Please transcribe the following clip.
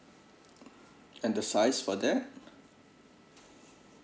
and the size for there